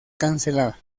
cancelada